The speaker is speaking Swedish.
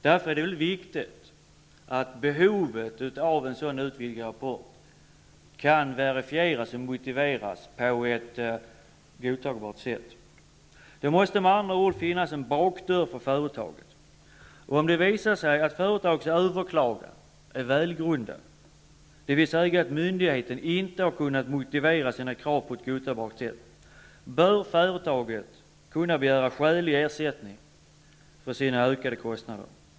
Det är därför viktigt att behovet av en utvidgad rapport kan verifieras och motiveras på ett godtagbart sätt. Det måste med andra ord finnas en bakdörr för företagen. Om det visar sig att ett företags överklagan är välgrundad, dvs. att myndigheten inte på ett godtagbart sätt har kunnat motivera sina krav, bör företaget kunna begära skälig ersättning för sina ökade kostnader.